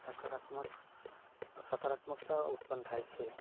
સકારાત્મક સકારાત્મકતા ઉત્પન્ન થાય છે